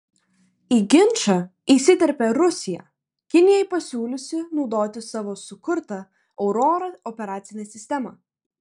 į ginčą įsiterpė rusija kinijai pasiūliusi naudotis savo sukurta aurora operacine sistema